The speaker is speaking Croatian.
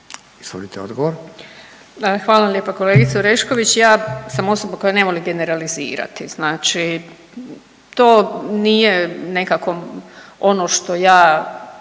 suverenisti)** Hvala lijepa kolegice Orešković. Ja sam osoba koja ne voli generalizirati, znači to nije nekako ono što ja